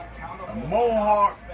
mohawk